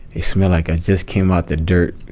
they smell like i just came out the dirt,